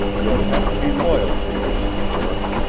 you'll have to be loyal to us, of course.